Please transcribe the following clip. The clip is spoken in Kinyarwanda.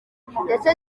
ndetse